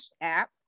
App